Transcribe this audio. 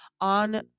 on